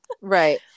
Right